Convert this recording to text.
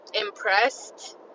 impressed